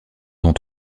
dont